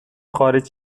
خارج